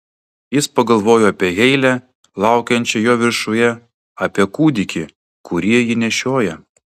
jis pagalvojo apie heilę laukiančią jo viršuje apie kūdikį kurį ji nešioja